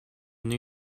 new